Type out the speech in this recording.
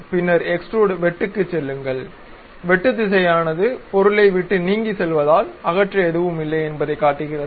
பின்னர் எக்ஸ்ட்ரூட் வெட்டுக்குச் செல்லுங்கள் வெட்டு திசையானது பொருளை விட்டு நீங்கி செல்வதால் அகற்ற எதுவும் இல்லை என்பதைக் காட்டுகிறது